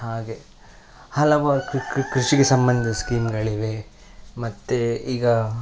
ಹಾಗೆ ಹಲವಾರು ಕೃ ಕೃಷಿಗೆ ಸಂಬಂಧಿ ಸ್ಕೀಮ್ಗಳಿವೆ ಮತ್ತೆ ಈಗ